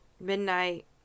Midnight